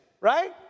right